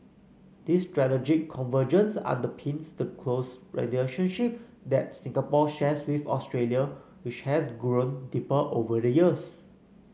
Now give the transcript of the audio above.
this strategic convergence underpins the close relationship that Singapore shares with Australia which has grown deeper over the years